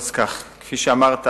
אז כך: כפי שאמרת,